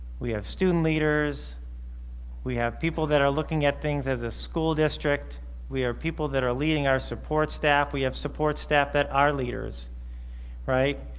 we have student leaders we have people that are looking at things as a school district we are people that are leading our support staff we have support staff that are leaders right